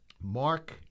Mark